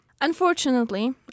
unfortunately